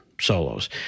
solos